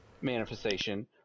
manifestation